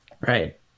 Right